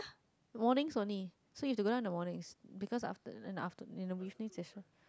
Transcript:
mornings only so you have to go in the morning because after then after in the evening session